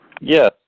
Yes